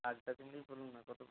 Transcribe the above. বাগদা চিংড়িই বলুন না কত করে